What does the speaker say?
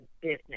business